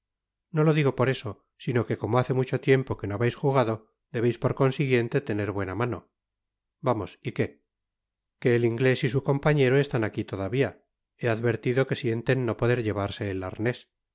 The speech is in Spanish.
no lo digo por eso sino que como hace mucho tiempo que no habeis jugado debeis por consiguiente tener buena mano vamos y qué que el inglés y su compañero están aqui todavia he advertido que sienten no poder llevarse el arnés